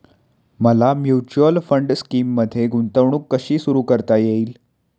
मला mutual fund स्कीममध्ये गुंतवणूक कशी सुरू करता येईल?